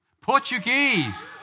Portuguese